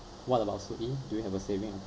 what about soo ee do you have a saving